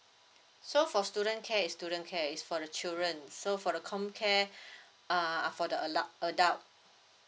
so for student care is student care is for the children so for the comcare err for the adult adult